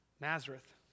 Nazareth